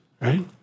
right